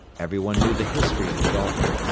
everyone knew the history of the dolphin,